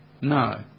no